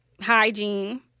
hygiene